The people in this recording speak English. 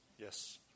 Yes